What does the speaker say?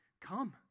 come